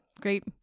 Great